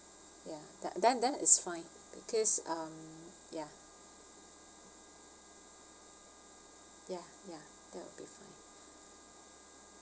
ya then then it's fine because um ya ya ya that'll be fine